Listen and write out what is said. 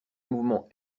mouvements